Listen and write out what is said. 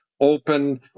open